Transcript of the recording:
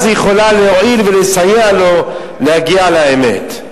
אז היא יכולה להועיל ולסייע לו להגיע לאמת.